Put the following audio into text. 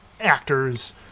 actors